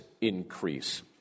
increase